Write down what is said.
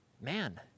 Man